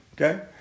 okay